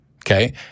Okay